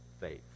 faith